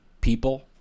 people